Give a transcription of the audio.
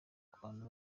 bantu